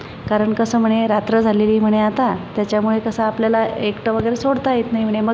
कारन कसं म्हणे रात्र झालेली म्हणे आता त्याच्यामुळे कसं आपल्याला एकटं वगैरे सोडता येत नाही म्हणे